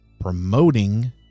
promoting